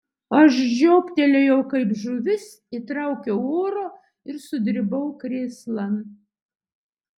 aš žioptelėjau kaip žuvis įtraukiau oro ir sudribau krėslan